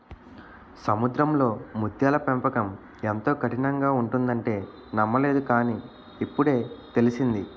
సముద్రంలో ముత్యాల పెంపకం ఎంతో కఠినంగా ఉంటుందంటే నమ్మలేదు కాని, ఇప్పుడే తెలిసింది